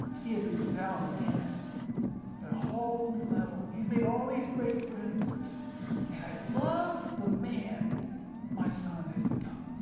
he has excelled again at a whole new level. he's made all these great friends and i love the man my son has become.